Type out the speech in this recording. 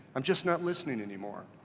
i'm just not listening anymore.